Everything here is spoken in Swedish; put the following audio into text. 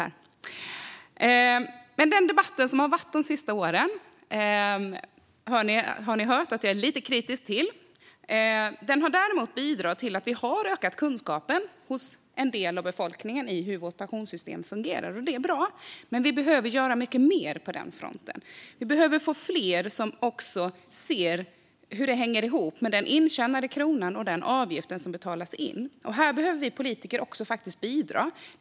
Ni har hört att jag är lite kritisk till de senaste årens debatt. Den har däremot bidragit till att vi har ökat kunskapen hos en del av befolkningen om hur pensionssystemet fungerar, och det är bra. Men vi behöver göra mycket mer på den fronten. Vi behöver få fler som ser hur det hänger ihop med den intjänade kronan och den avgift som betalas in, och här behöver vi politiker faktiskt bidra.